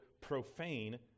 profane